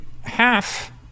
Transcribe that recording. half